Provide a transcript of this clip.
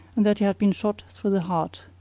and that he had been shot through the heart.